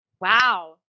Wow